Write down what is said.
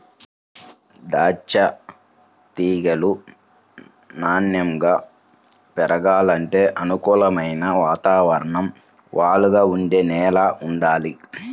దాచ్చా తీగలు నాన్నెంగా పెరగాలంటే అనుకూలమైన వాతావరణం, వాలుగా ఉండే నేల వుండాలి